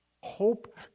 Hope